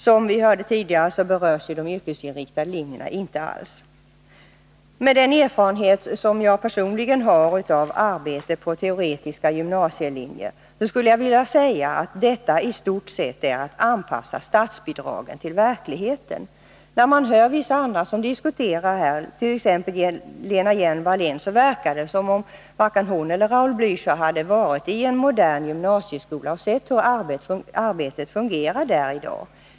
Som vi hörde tidigare berörs de yrkesinriktade linjerna inte alls. Med den erfarenhet som jag personligen har av arbetet på teoretiska gymnasielinjer skulle jag vilja säga att detta i stort sett är att anpassa statsbidragen till verkligheten. När man hör vissa andra som diskuterar här, t.ex. Lena Hjelm-Wallén, verkar det som om varken hon eller Raul Blächer har varit i en modern gymnasieskola och sett hur arbetet fungerar där i dag.